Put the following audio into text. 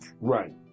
Right